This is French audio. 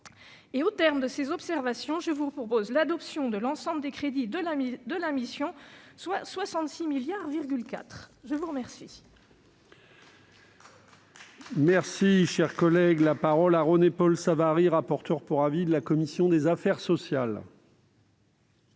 Au terme de ces observations, je vous propose d'adopter l'ensemble des crédits de la mission, soit 66,4 milliards d'euros.